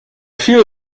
viel